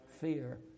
Fear